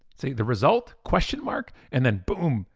see the result, question mark, and then boom,